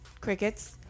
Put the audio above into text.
Crickets